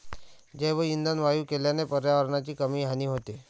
जैवइंधन वायू केल्याने पर्यावरणाची कमी हानी होते